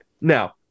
Now